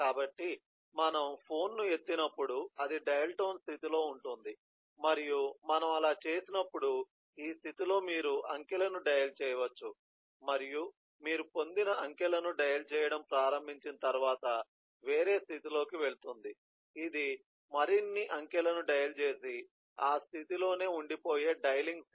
కాబట్టి మనము ఫోన్ను ఎత్తినప్పుడు అది డయల్ టోన్ స్థితిలో ఉంటుంది మరియు మనము అలా చేసినప్పుడు ఈ స్థితిలో మీరు అంకెలను డయల్ చేయవచ్చు మరియు మీరు పొందిన అంకెలను డయల్ చేయడం ప్రారంభించిన తర్వాత వేరే స్థితి లోకి వెళ్తుంది ఇది మరిన్ని అంకెలను డయల్ చేసి ఆ స్థితిలోనే ఉండిపోయే డయలింగ్ స్థితి